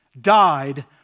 died